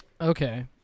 Okay